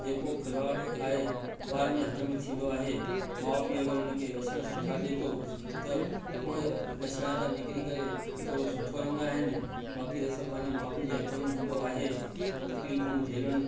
जेको खिलाफ़ु आहे ॿारनि जे हथ में थींदो आहे माउ पीउ अगरि उन खे लक्षण सुठा ॾे थो त उहे लक्षणता निकरी करे थोरो सुठो हलंदा आहिनि बाक़ी त सभु पंहिंजे माउ पीउ जे हथ में हूंदो आहे तक़लीफूं झेलणु